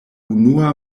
unua